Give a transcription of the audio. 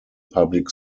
public